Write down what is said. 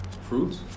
fruits